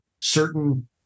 certain